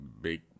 big